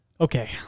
Okay